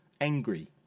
angry